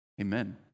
amen